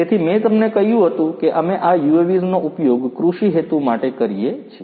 તેથી મેં તમને કહ્યું હતું કે અમે આ UAVs નો ઉપયોગ કૃષિ હેતુ માટે કરીએ છીએ